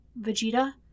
Vegeta